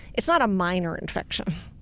it's not a minor infection.